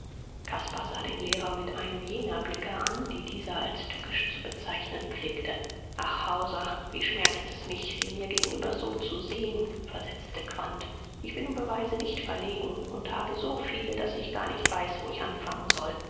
caspar sah den lehrer mit einem jener blicke an die dieser als tückisch zu bezeichnen pflegte ach hauser wie schmerzt es mich sie mir gegenüber so zu sehen versetzte quandt ich bin um beweise nicht verlegen und habe so viele daß ich gar nicht weiß wo ich anfangen soll